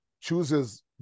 chooses